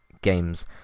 Games